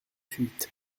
suite